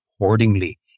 accordingly